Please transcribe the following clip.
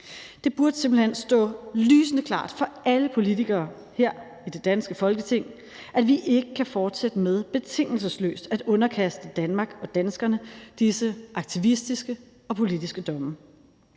Det burde simpelt hen stå lysende klart for alle politikere her i det danske Folketing, at vi ikke kan fortsætte med betingelsesløst at underkaste Danmark og danskerne disse aktivistiske og politiske domme.